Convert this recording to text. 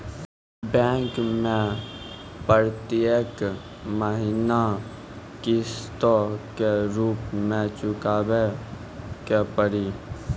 Bank मैं प्रेतियेक महीना किस्तो के रूप मे चुकाबै के पड़ी?